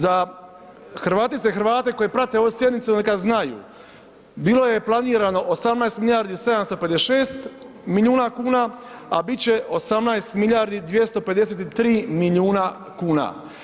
Za Hrvatice i Hrvate koji prate ovu sjednicu neka znaju, bilo je planirano 18 milijardi 756 milijuna kuna, a bit će 18 milijardi 253 milijuna kuna.